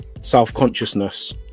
self-consciousness